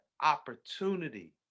opportunity